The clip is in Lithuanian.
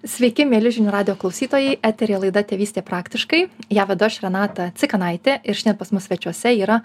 sveiki mieli žinių radijo klausytojai eteryje laida tėvystė praktiškai ją vedu aš renata cikanaitė ir šiandien pas mus svečiuose yra